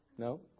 No